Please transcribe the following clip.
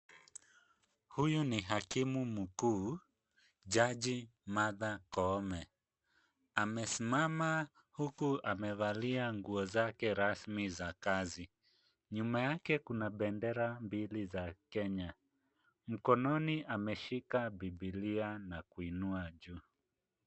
Huyu ni hakimu mkuu jaji Martha Koome. Amesimama huku amevalia nguo zake rasmi za kazi. Nyuma yake kuna bendera mbili za Kenya. Mkononi ameshika Bibilia na kuinua juu.